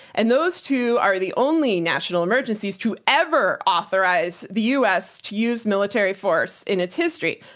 and those two are the only national emergencies to ever authorize the us to use military force in its history.